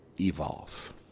evolve